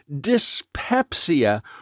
dyspepsia